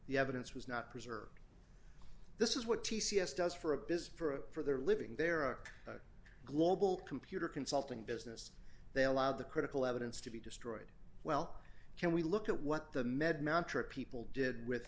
the evidence was not preserved this is what t c s does for a business for their living there are global computer consulting business they allow the critical evidence to be destroyed well can we look at what the med mantra people did with